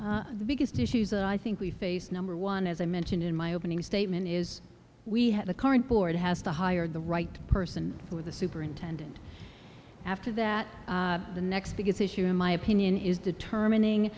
the biggest issues that i think we face number one as i mentioned in my opening statement is we have a current board has to hire the right person with the superintendent after that the next biggest issue in my opinion is determining